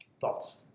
Thoughts